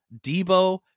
Debo